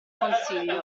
consiglio